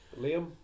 Liam